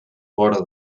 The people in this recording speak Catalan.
vora